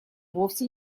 вовсе